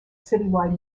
citywide